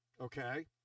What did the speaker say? okay